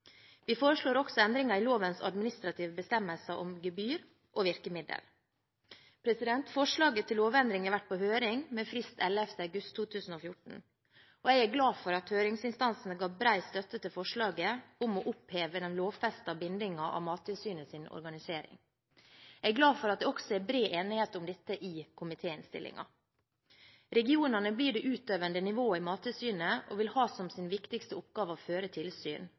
Vi foreslår også endringer i lovens administrative bestemmelser om gebyr og virkemidler. Forslaget til lovendring har vært på høring med frist 11. august 2014. Jeg er glad for at høringsinstansene ga bred støtte til forslaget om å oppheve den lovfestede bindingen av Mattilsynets organisering. Jeg er glad for at det også er bred enighet om dette i komitéinnstillingen. Regionene blir det utøvende nivået i Mattilsynet og vil ha som sin viktigste oppgave å føre tilsyn,